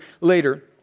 later